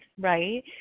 Right